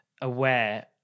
aware